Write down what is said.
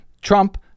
Trump